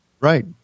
Right